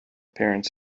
parents